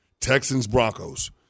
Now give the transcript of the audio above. Texans-Broncos